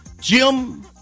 Jim